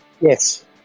Yes